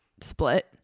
split